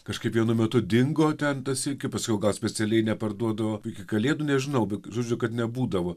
kažkaip vienu metu dingo ten ta silkė paskiau gal specialiai neparduodavo iki kalėdų nežinau bet žodžiu kad nebūdavo